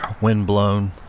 windblown